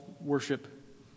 worship